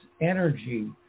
energy